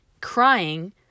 crying